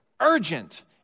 urgent